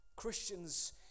Christians